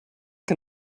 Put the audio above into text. can